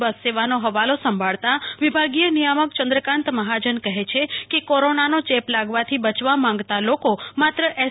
બસ સેવાનો હવાલો સંભાળતા વિભાગીય નિયામક ચંદ્રકાંત મહાજન કહે છે કે કોરોનાનો ચેપ લાગવાથી બચવા માંગતા લોકો માત્ર એસ